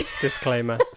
Disclaimer